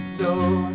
door